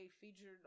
featured